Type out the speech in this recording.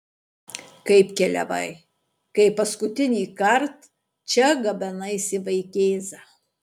kaip keliavai kai paskutinįkart čia gabenaisi vaikėzą